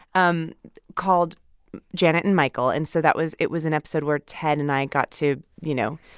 um called janet and michael and so that was it was an episode where ted and i got to, you know,